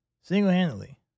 single-handedly